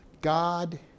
God